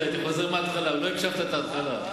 לא הקשבת מההתחלה.